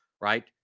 right